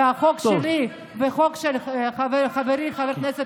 והחוק שלי והחוק של חברי חבר כנסת